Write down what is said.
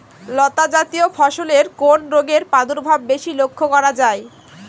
লতাজাতীয় ফসলে কোন রোগের প্রাদুর্ভাব বেশি লক্ষ্য করা যায়?